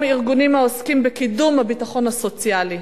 ארגונים העוסקים בקידום הביטחון הסוציאלי.